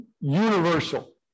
universal